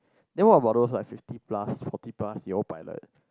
then what about those like fifty plus forty plus year old pilot